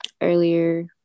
earlier